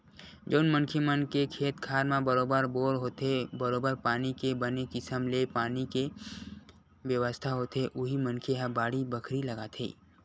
जउन मनखे मन के खेत खार म बरोबर बोर होथे बरोबर पानी के बने किसम ले पानी के बेवस्था होथे उही मनखे ह बाड़ी बखरी लगाथे